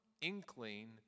inkling